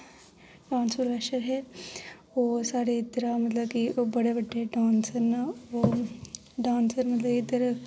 dance professor हे ओह् साढ़ै इद्धरा मतलब कि ओह् बड़े बड्डे डान्सर न ओह् डान्सर न ते इद्धर